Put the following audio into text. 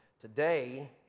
Today